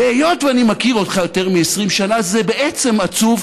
והיות שאני מכיר אותך יותר מ-20 שנה זה בעצם עצוב,